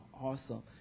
awesome